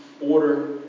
order